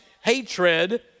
hatred